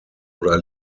oder